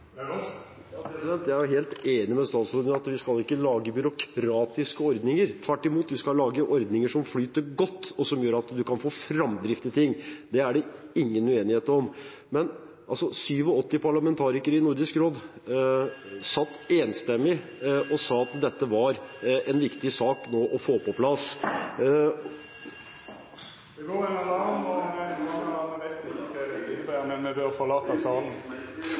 Jeg er helt enig med statsråden i at vi ikke skal lage byråkratiske ordninger. Tvert imot, vi skal lage ordninger som flyter godt, og som gjør at en kan få framdrift i ting. Det er det ingen uenighet om. Men 87 parlamentarikere i Nordisk råd sa altså enstemmig at dette var en viktig sak å få på plass Det går ein alarm, og det er ein brannalarm. Me veit ikkje kva dette inneber, men me bør forlata salen.